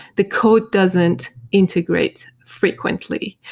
the code doesn't integrate frequently.